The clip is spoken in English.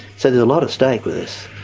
so there's a lot at stake with this,